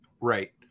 Right